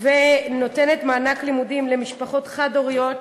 ונותנת מענק לימודים למשפחות חד-הוריות,